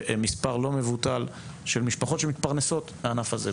מספר לא מבוטל של משפחות - ולא משנה כמה משפחות - שמתפרנסות מהענף הזה,